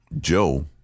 Joe